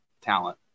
talent